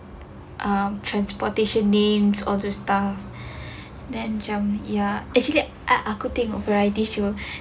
um transportation name all those stuff then macam ya actually I aku tengok variety show